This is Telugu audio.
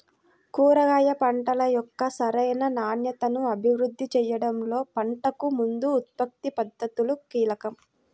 కూరగాయ పంటల యొక్క సరైన నాణ్యతను అభివృద్ధి చేయడంలో పంటకు ముందు ఉత్పత్తి పద్ధతులు కీలకం